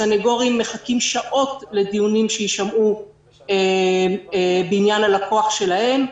סנגורים מחכים שעות לדיונים שיישמעו בעניין הלקוח שלהם.